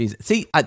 See